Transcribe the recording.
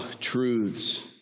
truths